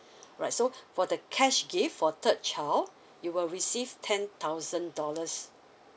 right so for the cash gift for third child you will receive ten thousand dollars